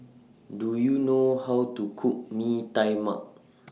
Do YOU know How to Cook Mee Tai Mak